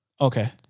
Okay